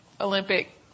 Olympic